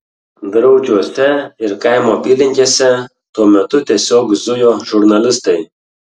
draučiuose ir kaimo apylinkėse tuo metu tiesiog zujo žurnalistai